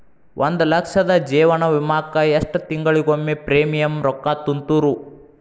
ಒಂದ್ ಲಕ್ಷದ ಜೇವನ ವಿಮಾಕ್ಕ ಎಷ್ಟ ತಿಂಗಳಿಗೊಮ್ಮೆ ಪ್ರೇಮಿಯಂ ರೊಕ್ಕಾ ತುಂತುರು?